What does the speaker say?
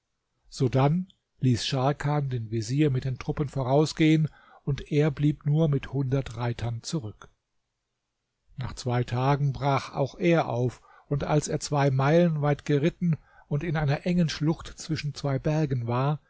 sodann ließ scharkan den vezier mit den truppen vorausgehen und er blieb nur mit hundert reitern zurück nach zwei tagen brach auch er auf und als er zwei meilen weit geritten und in einer engen schlucht zwischen zwei bergen war